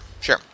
sure